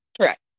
Correct